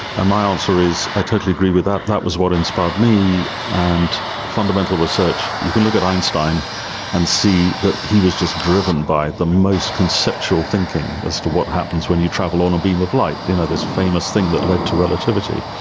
and my answer is i totally agree with that, that was what inspired me, and fundamental research, you can look at einstein and see that he was just driven by the most conceptual thinking as to what happens when you travel on a beam of light, and this famous thing that led to relativity.